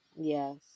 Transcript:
Yes